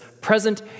present